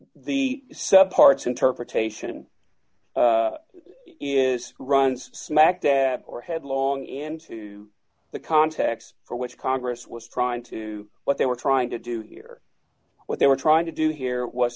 the parts interpretation is runs smack dab or headlong into the context for which congress was trying to what they were trying to do or what they were trying to do here was